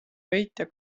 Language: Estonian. võitja